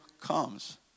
comes